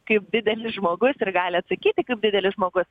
kaip didelis žmogus ir gali atsakyti kaip didelis žmogus